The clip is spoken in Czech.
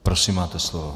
Prosím, máte slovo.